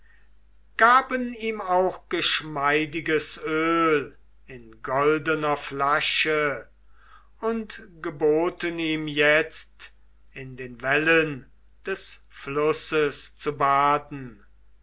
gaben ihm auch geschmeidiges öl in goldener flasche und geboten ihm jetzt in den wellen des flusses zu baden